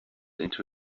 into